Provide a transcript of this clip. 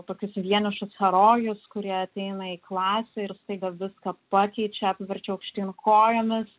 tokius vienišus herojus kurie ateina į klasę ir staiga viską pakeičia apverčia aukštyn kojomis